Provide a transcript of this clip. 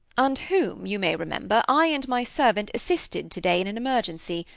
and whom, you may remember, i and my servant assisted today in an emergency,